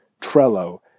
Trello